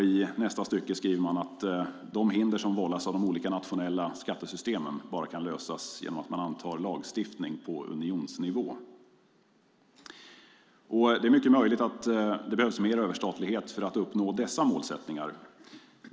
I nästa stycke skriver man att de hinder som vållas av de olika nationella skattesystemen bara kan lösas genom att man antar lagstiftning på unionsnivå. Det är mycket möjligt att det behövs mer överstatlighet för att uppnå dessa målsättningar.